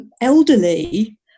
elderly